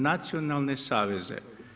Nacionalne saveze.